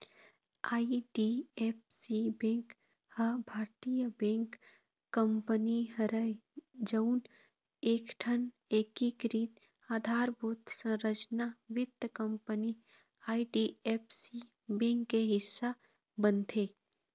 IDFC bank ह भारतीय banking कंपनी हरय जउन एकठन एकीकृत अधारभूत संरचना वित्त कंपनी आई.डी.एफ.सी बेंक के हिस्सा बनथे